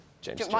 James